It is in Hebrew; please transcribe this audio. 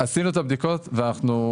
עשינו את הבדיקות ואנחנו,